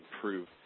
improve